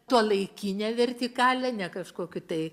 tuolaikine vertikale ne kažkokiu tai